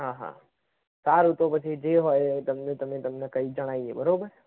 હા હા સારું તો પછી જે હોય એ તમને અમે જણાવીએ બરાબર